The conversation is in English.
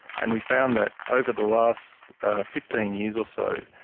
and we found that over the last fifteen years or so,